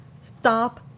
Stop